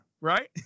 Right